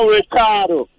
Ricardo